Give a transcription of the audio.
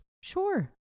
Sure